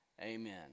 Amen